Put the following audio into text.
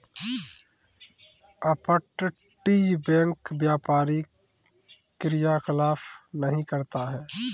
अपतटीय बैंक व्यापारी क्रियाकलाप नहीं करता है